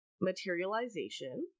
materialization